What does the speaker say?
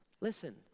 Listen